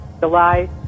July